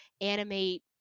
animate